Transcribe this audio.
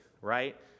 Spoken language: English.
right